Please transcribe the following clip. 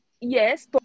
yes